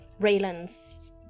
Raylan's